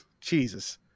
Jesus